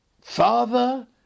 Father